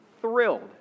thrilled